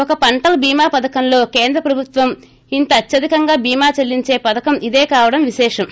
ఒక పంటల బీమా పధకంలో కేంద్ర ప్రభుత్వం అత్యధికంగా బీమా చెల్లించే పధకం ఇదే కావడం విశేషం